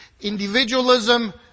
individualism